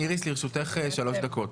איריס, לרשותך שלוש דקות.